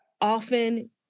often